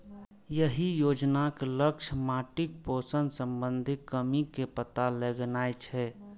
एहि योजनाक लक्ष्य माटिक पोषण संबंधी कमी के पता लगेनाय छै